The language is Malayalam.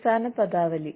അടിസ്ഥാന പദാവലി